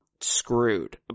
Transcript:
screwed